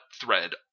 thread